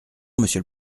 monsieur